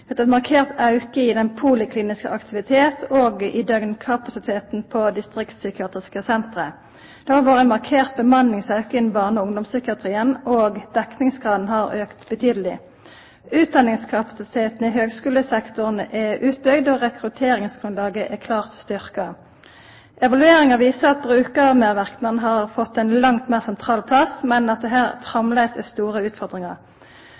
Vi har hatt ein markert auke i den polikliniske aktiviteten og i døgnkapasiteten på distriktspsykiatriske senter. Det har òg vore ein markant bemanningsauke innan barne- og ungdomspsykiatrien, og dekningsgraden har auka betydeleg. Utdanningskapasiteten i høgskulesektoren er utbygd, og rekrutteringsgrunnlaget er klart styrkt. Evalueringa viser at brukarmedverknad har fått ein langt meir sentral plass, men at det her